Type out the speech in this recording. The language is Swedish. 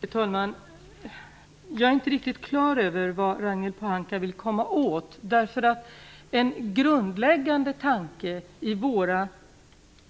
Fru talman! Jag är inte riktigt klar över vad Ragnhild Pohanka menar. En grundläggande tanke i våra